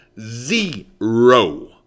zero